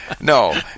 No